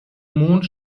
mond